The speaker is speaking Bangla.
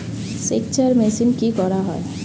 সেকচার মেশিন কি করা হয়?